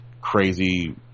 crazy